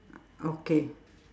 okay